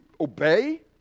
obey